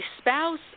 spouse